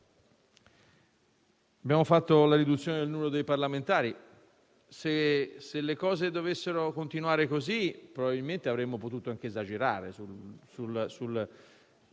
Abbiamo approvato la riduzione del numero dei parlamentari, ma se le cose dovessero continuare così, probabilmente avremmo potuto anche esagerare: